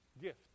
gift